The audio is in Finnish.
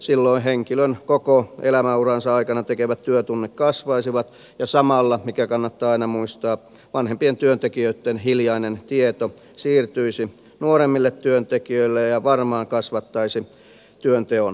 silloin henkilön koko elämänuransa aikana tekemät työtunnit kasvaisivat ja samalla mikä kannattaa aina muistaa vanhempien työntekijöitten hiljainen tieto siirtyisi nuoremmille työntekijöille ja varmaan kasvattaisi työnteon kannattavuutta